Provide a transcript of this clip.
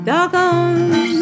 Doggone